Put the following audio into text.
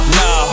no